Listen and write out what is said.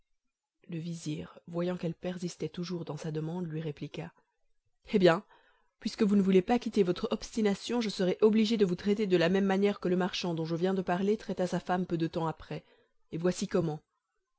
le vizir voyant qu'elle persistait toujours dans sa demande lui répliqua hé bien puisque vous ne voulez pas quitter votre obstination je serai obligé de vous traiter de la même manière que le marchand dont je viens de parler traita sa femme peu de temps après et voici comment